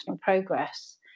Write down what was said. progress